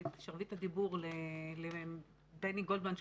שרביט הדיבור לבני גולדמן,